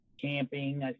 Camping